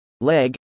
Leg